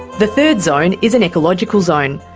the third zone is an ecological zone,